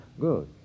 Good